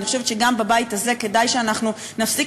ואני חושבת שגם בבית הזה כדאי שאנחנו נפסיק